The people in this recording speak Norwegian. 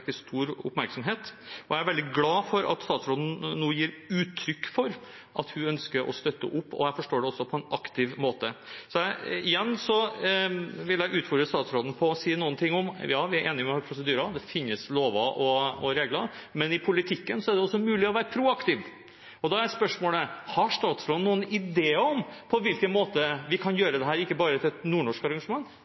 vekker stor oppmerksomhet, og jeg er veldig glad for at statsråden nå gir uttrykk for at hun ønsker å støtte det, også på en aktiv måte, slik jeg forstår det. Igjen vil jeg utfordre statsråden til å si noe mer. Ja, vi er enige om at det finnes prosedyrer, lover og regler, men i politikken er det også mulig å være proaktiv, og da er spørsmålet: Har statsråden noen ideer om på hvilken måte vi kan gjøre dette til ikke bare et nordnorsk